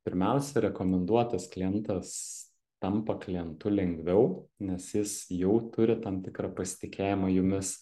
pirmiausia rekomenduotas klientas tampa klientu lengviau nes jis jau turi tam tikrą pasitikėjimą jumis